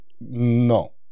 No